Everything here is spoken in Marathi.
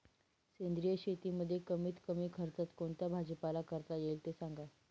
सेंद्रिय शेतीमध्ये कमीत कमी खर्चात कोणता भाजीपाला करता येईल ते सांगा